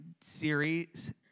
series